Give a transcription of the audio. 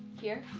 here?